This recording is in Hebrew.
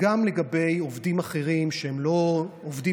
שגם לגבי עובדים אחרים שהם לא עובדים